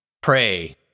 Pray